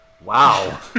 wow